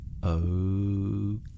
okay